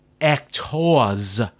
actors